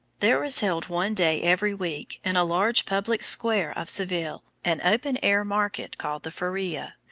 there was held one day every week, in a large public square of seville, an open-air market called the feria,